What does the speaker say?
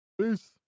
Peace